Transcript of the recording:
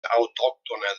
autòctona